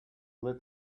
lit